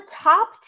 top